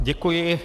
Děkuji.